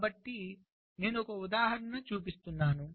కాబట్టి నేను ఒక ఉదాహరణ చూపిస్తుంది